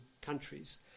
countries